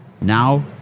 now